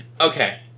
okay